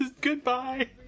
Goodbye